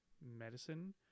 medicine